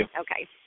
Okay